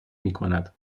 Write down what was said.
میکند